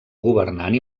governant